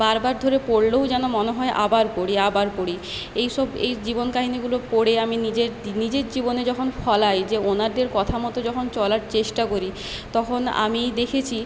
বারবার ধরে পড়লেও যেন মনে হয় আবার করি আবার করি এইসব এই জীবন কাহিনিগুলো পড়ে আমি নিজের নিজের জীবনে যখন ফলাই যে ওঁনাদের কথা মতো যখন চলার চেষ্টা করি তখন আমি দেখেছি